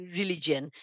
religion